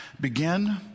begin